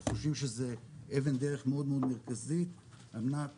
אנחנו חושבים שזאת אבן דרך מאוד מרכזית על מנת